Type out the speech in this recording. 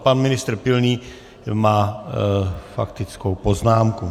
Pan ministr Pilný má faktickou poznámku.